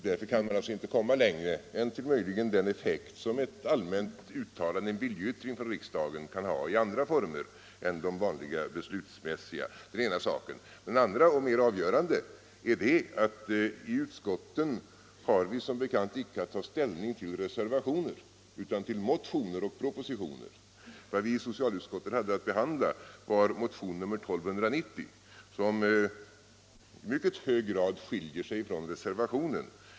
Därför kan man inte komma längre än möjligen till den effekt som ett allmänt uttalande eller en viljeyttring från riksdagen kan ha i andra former än de vanliga beslutsmässiga. För det andra — vilket är mera avgörande — har vi som bekant i utskotten icke att ta ställning till reservationer utan till motioner och propositioner. Vad vi i socialutskottet hade att behandla var motionen 1290, som i mycket hög grad skiljer sig från reservationen 3.